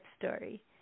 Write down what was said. Story